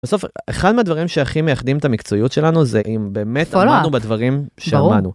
בסוף אחד מהדברים שהכי מייחדים את המקצועיות שלנו זה אם באמת עמדנו בדברים שאמרנו.